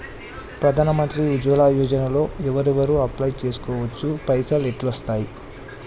ప్రధాన మంత్రి ఉజ్వల్ యోజన లో ఎవరెవరు అప్లయ్ చేస్కోవచ్చు? పైసల్ ఎట్లస్తయి?